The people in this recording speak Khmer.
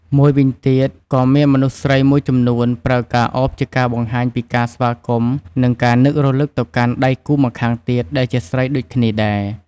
មួយវិញទៀត ក៏មានមនុស្សស្រីមួយចំនួនប្រើការឱបជាការបង្ហាញពីការស្វាគមន៍ និងការនឹករឭកទៅកាន់ដៃគូម្ខាងទៀតដែលជាស្រីដូចគ្នាដែរ។